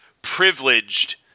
privileged